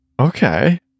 Okay